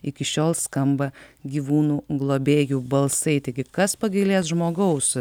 iki šiol skamba gyvūnų globėjų balsai taigi kas pagailės žmogaus